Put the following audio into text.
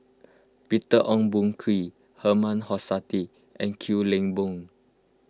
Peter Ong Boon Kwee Herman Hochstadt and Kwek Leng Beng